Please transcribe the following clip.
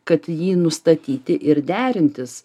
kad jį nustatyti ir derintis